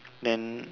then